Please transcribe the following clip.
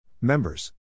Members